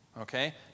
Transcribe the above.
okay